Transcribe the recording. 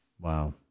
Wow